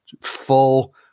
full